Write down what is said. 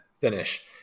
finish